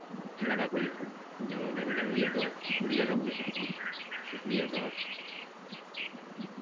ᱞᱟᱜᱟᱣ ᱠᱚ ᱦᱩᱭᱩᱜᱼᱟ ᱡᱮᱢᱚᱱ ᱰᱟᱝᱨᱤᱭᱟᱜ ᱫᱚ ᱠᱷᱩᱨᱭᱟᱹ ᱨᱚᱜᱽ ᱦᱩᱭᱩᱜ ᱛᱟᱠᱚᱣᱟ ᱥᱩᱠᱨᱤᱭᱟᱜ ᱫᱚ